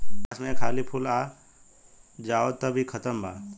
बांस में एक हाली फूल आ जाओ तब इ खतम बा